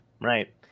Right